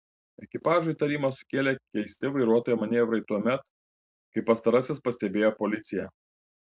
ekipažui įtarimą sukėlė keisti vairuotojo manevrai tuomet kai pastarasis pastebėjo policiją